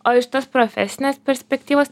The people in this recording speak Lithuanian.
o iš tos profesinės perspektyvos